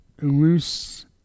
loose